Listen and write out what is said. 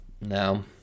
Now